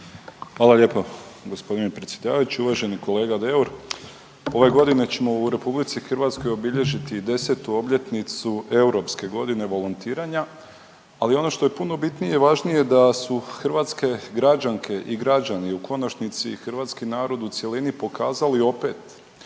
Hvala lijepo. Gospodine predsjedavajući. Uvaženi kolega Deur. Ove godine ćemo u RH obilježiti 10. obljetnicu europske godine volontiranja, ali ono što je puno bitnije i važnije da su hrvatske građanke i građani u konačnici i hrvatski narod u cjelini pokazali opet